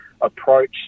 approach